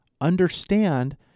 understand